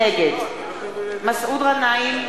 נגד מסעוד גנאים,